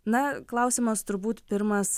na klausimas turbūt pirmas